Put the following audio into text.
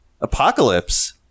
apocalypse